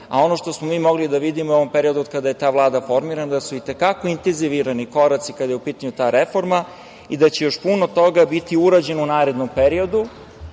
Ono što smo mi mogli da vidimo u periodu od kada je ta Vlada formirana, da su i te kako intenzivirani koraci kada je u pitanju ta reforma i da će još puno toga biti urađeno u narednom periodu,